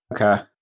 Okay